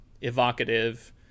evocative